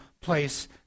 place